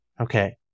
okay